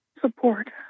support